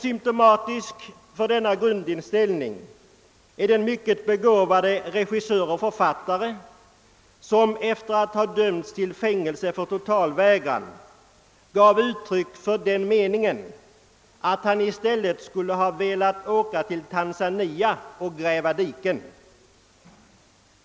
Symtomatiskt för denna grundinställning är den mycket begåvade regissör och författare som efter att ha dömts till fängelse för totalvägran gav uttryck för den meningen att han i stället skulle ha velat resa till Tanzania och gräva diken.